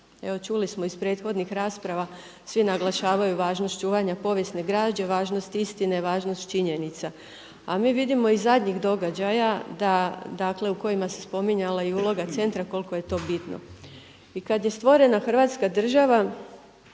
čuli smo iz prethodnih rasprava, svi naglašavaju važnost čuvanja povijesne građe, važnost istine, važnost činjenica. 02A mi vidimo iz zadnjih događaja da, dakle u kojima se spominjala i uloga centra koliko je to bitno. I kad je stvorena Hrvatska država